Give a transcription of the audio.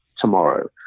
tomorrow